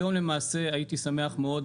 הייתי שמח מאוד,